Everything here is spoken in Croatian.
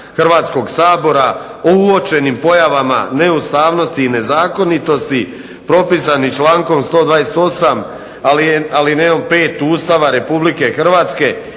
Hrvatskog sabor o uočenim pojavama neustavnosti i nezakonitosti propisani člankom 128., alinejom 5. Ustava RH i člankom